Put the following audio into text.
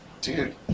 dude